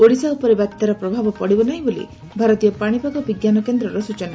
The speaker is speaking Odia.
ଓଡ଼ିଶା ଉପରେ ବାତ୍ୟାର ପ୍ରଭାବ ପଡ଼ିବ ନାହିଁ ବୋଲି ଭାରତୀୟ ପାଣିପାଗ ବିଙ୍କାନ କେନ୍ଦର ସ୍ଚନା